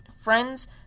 friends